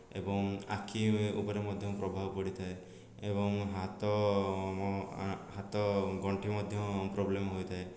ଏବଂ ଆଖି ଉପରେ ମଧ୍ୟ ପ୍ରଭାବ ପଡ଼ିଥାଏ ଏବଂ ହାତ ହାତ ଗଣ୍ଠି ମଧ୍ୟ ପ୍ରୋବ୍ଲେମ୍ ହୋଇଥାଏ